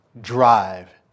drive